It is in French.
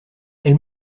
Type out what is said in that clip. elle